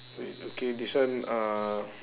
wait okay this one uh